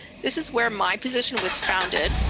this is where my position was founded.